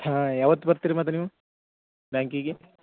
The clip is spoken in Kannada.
ಹಾಂ ಯಾವತ್ತು ಬತ್ತಿರಿ ಮತ್ತು ನೀವು ಬ್ಯಾಂಕಿಗೆ